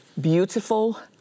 beautiful